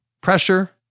pressure